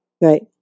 Right